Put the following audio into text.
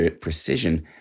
precision